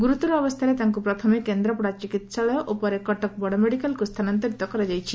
ଗୁରୁତର ଅବସ୍ଚାରେ ତାଙ୍କୁ ପ୍ରଥମେ କେନ୍ଦ୍ରାପଡ଼ା ଚିକିସାଳୟ ଓ ପରେ କଟକ ବଡ଼ମେଡ଼ିକାଲକୁ ସ୍ଥାନାନ୍ଡରିତ କରାଯାଇଛି